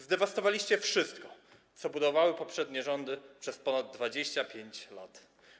Zdewastowaliście wszystko, co budowały poprzednie rządy przez ponad 25 lat.